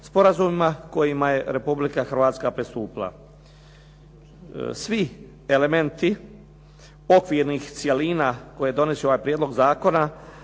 sporazumima kojima je Republika Hrvatska pristupila. Svi elementi okvirnih cjelina koje donosi ovaj prijedlog zakona